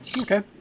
Okay